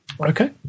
Okay